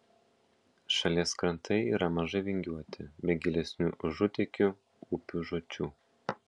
šalies krantai yra mažai vingiuoti be gilesnių užutėkių upių žiočių